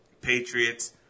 Patriots